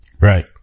Right